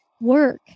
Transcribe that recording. work